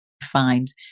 find